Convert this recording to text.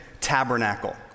Tabernacle